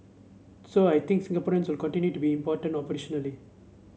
so I think Singaporeans will continue to be important operationally